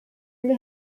only